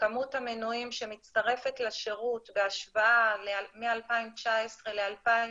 שכמות המנויים שמצטרפת לשירות בהשוואה מ-2019 ל-2020